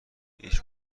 هیچ